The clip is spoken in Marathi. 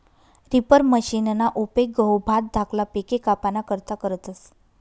रिपर मशिनना उपेग गहू, भात धाकला पिके कापाना करता करतस